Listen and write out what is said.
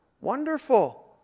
wonderful